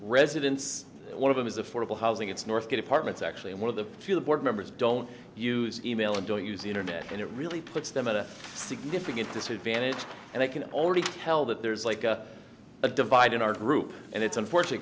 residents one of them is affordable housing it's northcott apartments actually and one of the field board members don't use email and don't use the internet and it really puts them at a significant disadvantage and they can already tell that there's like a divide in our group and it's unfortunate